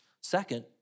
Second